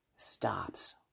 stops